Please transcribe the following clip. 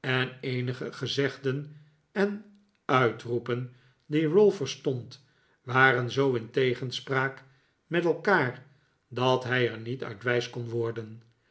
en eenige gezegden en uitroepen die ralph verstond waren zoo in tegenspraak met elkaar dat hij er niet uit wijs kon worden